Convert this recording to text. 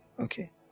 okay